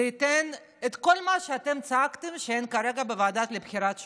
זה ייתן את כל מה שאתם צעקתם שאין כרגע בוועדה לבחירת שופטים.